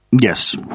Yes